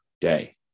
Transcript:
day